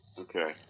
Okay